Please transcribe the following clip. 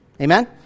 Amen